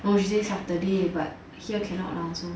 no she say saturday but here cannot lah so